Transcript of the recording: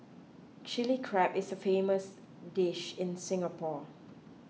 Chilli Crab is a famous dish in Singapore